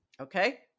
Okay